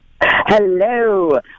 Hello